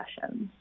sessions